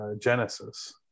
Genesis